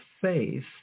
faith